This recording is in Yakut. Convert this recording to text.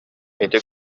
ити